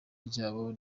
ryabo